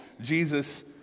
Jesus